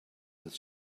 his